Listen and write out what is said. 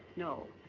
no.